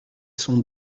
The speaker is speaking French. sont